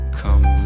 come